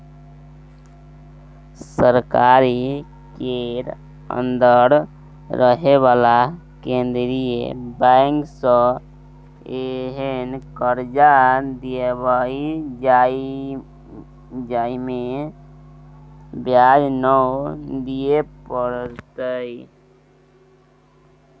सरकारी केर अंदर रहे बला केंद्रीय बैंक सँ एहेन कर्जा दियाएब जाहिमे ब्याज नै दिए परतै